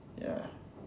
ya